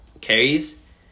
carries